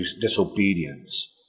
disobedience